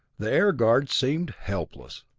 the air guard seemed helpless.